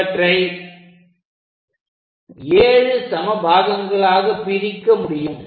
இவற்றை 7 சம பாகங்களாகப் பிரிக்க முடியும்